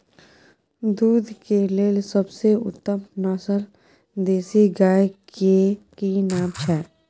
दूध के लेल सबसे उत्तम नस्ल देसी गाय के की नाम छै?